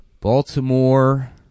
Baltimore